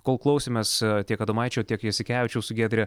kol klausėmės tiek adomaičio tiek jasikevičiaus su giedre